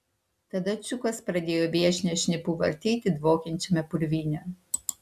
tada čiukas pradėjo viešnią šnipu vartyti dvokiančiame purvyne